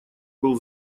был